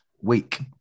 week